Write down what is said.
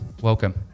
welcome